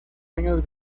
años